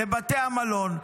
לבתי המלון,